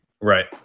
Right